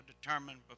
Determined